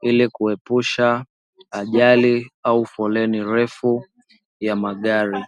ili kuepusha ajali au foleni ndefu ya magari.